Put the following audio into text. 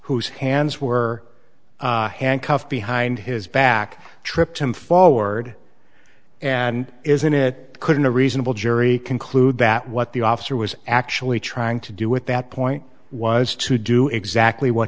whose hands were handcuffed behind his back tripped him forward and isn't it couldn't a reasonable jury conclude that what the officer was actually trying to do at that point was to do exactly what